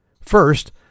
First